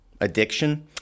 addiction